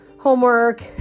homework